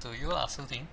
to you lah soo ting